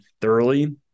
thoroughly